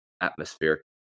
atmosphere